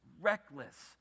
reckless